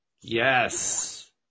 Yes